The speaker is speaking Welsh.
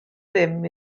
ddim